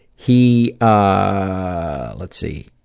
he, ah let's see.